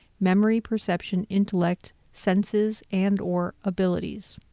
memory, perception, intellect, senses and or abilities.